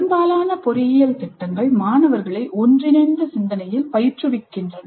பெரும்பாலான பொறியியல் பாடத்திட்டங்கள் மாணவர்களை ஒன்றிணைந்த சிந்தனையில் பயிற்றுவிக்கின்றன